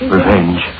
Revenge